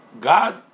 God